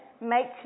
make